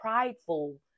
prideful